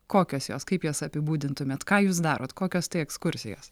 kokios jos kaip jas apibūdintumėt ką jūs darot kokios tai ekskursijos